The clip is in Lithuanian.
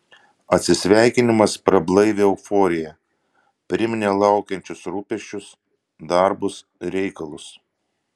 atsisveikinimas prablaivė euforiją priminė laukiančius rūpesčius darbus ir reikalus